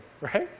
right